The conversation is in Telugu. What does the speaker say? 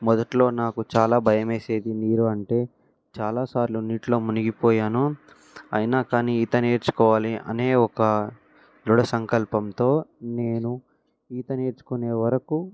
మొదట్లో నాకు చాలా భయం వేసేది నీరు అంటే చాలాసార్లు నీటిలో మునిగిపోయాను అయినా కానీ ఈత నేర్చుకోవాలి అనే ఒక ధృఢ సంకల్పంతో నేను ఈత నేర్చుకునే వరకు